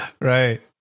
right